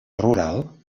rural